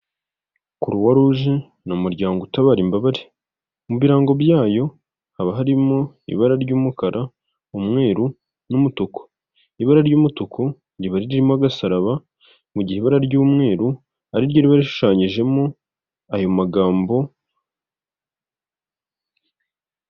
CROIX ROUGE ni umuryango utabara imbabare, mu birango byayo haba harimo ibara ry'umukara, umweru n'umutuku. Ibara ry'umutuku riba ririmo agasaraba mu gihe ibara ry'umweru ari ryo riba rishushanyijemo ayo magambo...